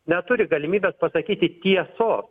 neturi galimybės pasakyti tiesos